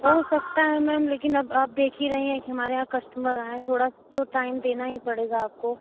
हो सकता है मैम लेकिन अब आप देख ही रही हैं कि हमारे यहाँ कस्टमर आए हैं थोड़ा तो टाइम देना ही पड़ेगा आपको